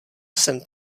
jsem